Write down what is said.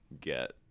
get